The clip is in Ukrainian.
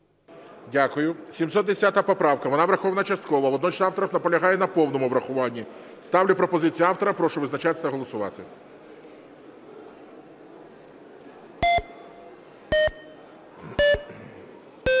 саме по поправці 727. Вона теж врахована частково. Водночас автор наполягає на повному врахуванні. Ставлю пропозицію автора. Прошу визначатись та голосувати.